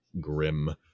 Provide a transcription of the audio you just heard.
grim